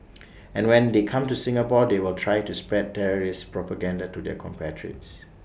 and when they come to Singapore they will try to spread terrorist propaganda to their compatriots